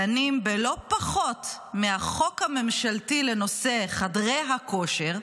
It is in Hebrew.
דנים בלא-פחות מהחוק הממשלתי לנושא חדרי הכושר,